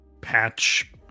patch